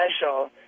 special